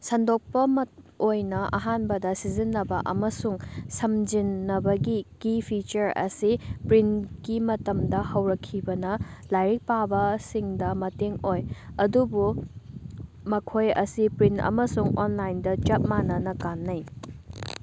ꯁꯟꯗꯣꯛꯄ ꯑꯣꯏꯅ ꯑꯍꯥꯟꯕꯗ ꯁꯤꯖꯤꯟꯅꯕ ꯑꯃꯁꯨꯡ ꯁꯝꯖꯤꯟꯅꯕꯒꯤ ꯀꯤ ꯐꯤꯆꯔ ꯑꯁꯤ ꯄ꯭ꯔꯤꯟꯀꯤ ꯃꯇꯝꯗ ꯍꯧꯔꯛꯈꯤꯕꯅ ꯂꯥꯏꯔꯤꯛ ꯄꯥꯕ ꯁꯤꯡꯗ ꯃꯇꯦꯡ ꯑꯣꯏ ꯑꯗꯨꯕꯨ ꯃꯈꯣꯏ ꯑꯁꯤ ꯄ꯭ꯔꯤꯟ ꯑꯃꯁꯨꯡ ꯑꯣꯟꯂꯥꯏꯟꯗ ꯆꯞ ꯃꯥꯅꯅ ꯀꯥꯟꯅꯩ